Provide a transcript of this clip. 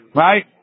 right